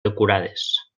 decorades